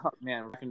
man